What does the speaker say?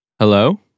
Hello